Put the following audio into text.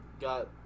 got